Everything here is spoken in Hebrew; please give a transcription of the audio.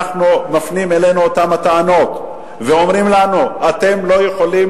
מפנים אלינו את אותן הטענות ואומרים לנו: אתם לא יכולים